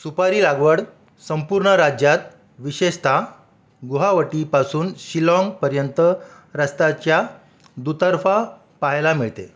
सुपारी लागवड संपूर्ण राज्यात विशेषत गुवाहाटीपासून शिलाँगपर्यंत रस्त्याच्या दुतर्फा पाहायला मिळते